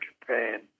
Japan